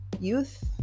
youth